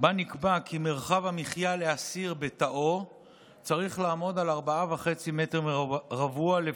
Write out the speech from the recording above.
שבה נקבע כי מרחב המחיה לאסיר בתאו צריך לעמוד על 4.5 מטר רבוע לפחות.